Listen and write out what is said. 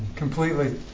Completely